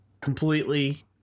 completely